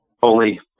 Holy